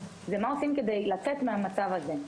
זה מה עושים כדי לצאת מהמצב הזה,